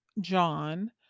John